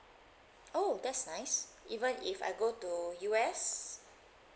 oh that's nice even if I go to U_S